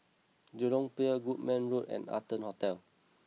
Jurong Pier Goodman Road and Arton Hotel